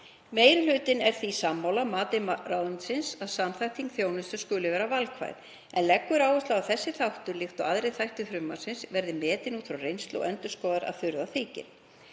Meiri hlutinn er því sammála mati ráðuneytisins að samþætting þjónustu skuli vera valkvæð, en leggur áherslu á að þessi þáttur, líkt og aðrir þættir frumvarpsins, verði metinn út frá reynslu og endurskoðaður ef þurfa þykir.